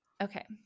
okay